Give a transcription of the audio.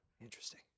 Interesting